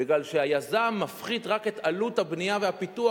מפני שהיזם מפחית רק את עלות הבנייה והפיתוח,